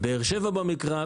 באר שבע במרכז.